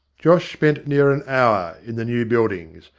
josh spent near an hour in the new buildings.